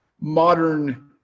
modern